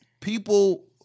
people